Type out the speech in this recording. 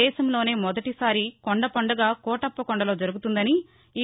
దేశంలోనే మొదటిసారి కొండ పండుగ కోటప్పకొండలో జరుగుతుందని